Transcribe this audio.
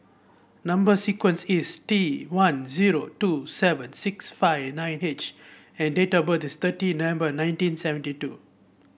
number sequence is T one zero two seven six five nine H and date of birth is thirty November nineteen seventy two